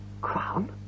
crown